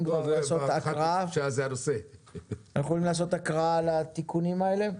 יכולים לעשות הקראה לתיקונים של היום?